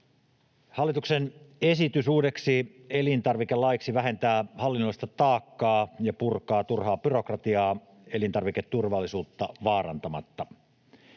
Hallituksen esitys uudeksi elintarvikelaiksi vähentää hallinnollista taakkaa ja purkaa turhaa byrokratiaa elintarviketurvallisuutta vaarantamatta.